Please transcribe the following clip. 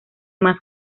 más